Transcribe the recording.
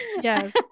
Yes